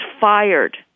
fired